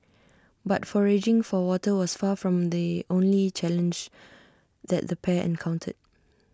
but foraging for water was far from the only challenge that the pair encountered